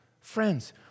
Friends